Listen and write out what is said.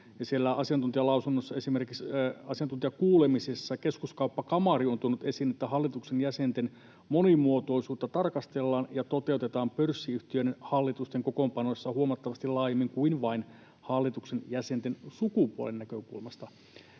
asiantuntijakuulemisessa esimerkiksi Keskuskauppakamari on tuonut esiin, että hallituksen jäsenten monimuotoisuutta tarkastellaan ja toteutetaan pörssiyhtiöiden hallitusten kokoonpanoissa huomattavasti laajemmin kuin vain hallituksen jäsenten sukupuolen näkökulmasta.